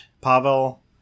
pavel